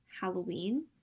Halloween